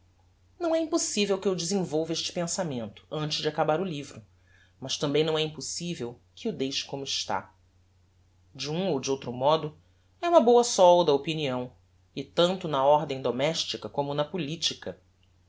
não é impossivel que eu desenvolva este pensamento antes de acabar o livro mas tambem não é impossivel que o deixe como está de um ou de outro modo é uma bôa solda a opinião e tanto na ordem domestica como na politica